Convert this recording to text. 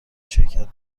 شرکت